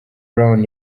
brown